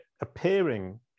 appearing